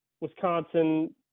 Wisconsin